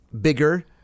bigger